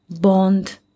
bond